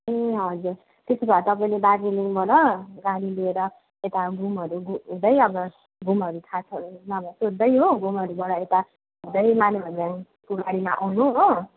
ए हजुर त्यसो भए तपाईँले दार्जिलिङबाट गाडी लिएर यता घुमहरू हुँदै घुमहरू थाहा छ नभए सोध्दै हो घुमहरूबाट यता हुँदै माने भन्ज्याङको गाडीमा आउनु हो